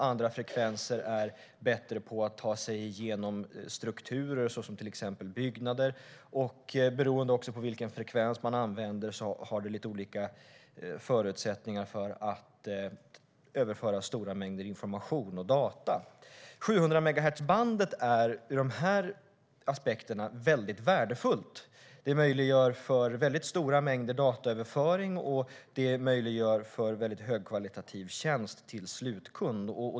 Andra frekvenser är bättre på att ta sig genom strukturer som byggnader. Olika frekvenser har också lite olika förutsättningar när det gäller att överföra stora mängder information och data. 700-megahertzbandet är väldigt värdefullt. Det möjliggör överföring av stora mängder data, och det möjliggör väldigt högkvalitativ tjänst till slutkund.